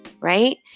right